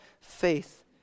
faith